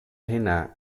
pinna